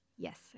Yes